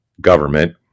government